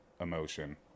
emotion